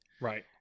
Right